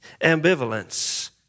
Ambivalence